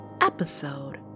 episode